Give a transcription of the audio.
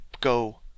go